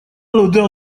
l’odeur